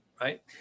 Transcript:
right